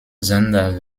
sender